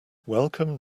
welcome